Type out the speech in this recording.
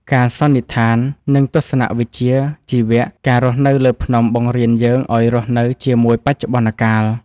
ការសន្និដ្ឋាន និងទស្សនវិជ្ជាជីវៈការរស់នៅលើភ្នំបង្រៀនយើងឱ្យរស់នៅជាមួយបច្ចុប្បន្នកាល។